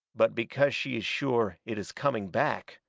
but because she is sure it is coming back.